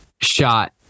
shot